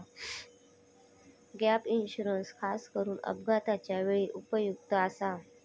gap insurance खासकरून अपघाताच्या वेळी उपयुक्त आसा